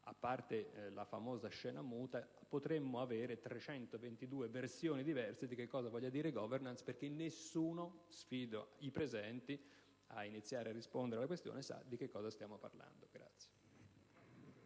a parte la famosa scena muta, potremmo avere 322 versioni diverse di che cosa voglia dire *governance*, perché nessuno - sfido i presenti a iniziare a rispondere - sa di che cosa stiamo parlando.